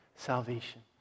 Salvation